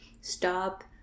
stop